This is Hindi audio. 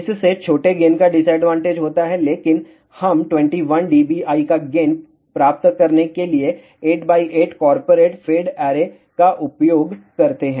इससे छोटे गेन का डिसअडवांटेज होता है लेकिन हम 21 dBi का गेन प्राप्त करने के लिए 8 x 8 कॉर्पोरेट फेड ऐरे का उपयोग करते हैं